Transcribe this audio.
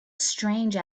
strange